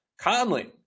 Conley